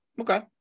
Okay